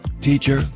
teacher